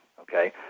okay